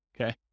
okay